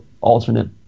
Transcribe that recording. alternate